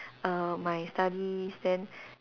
err my studies then